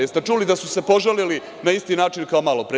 Jeste li čuli da su se požalili na isti način kao malopre?